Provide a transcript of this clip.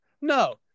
No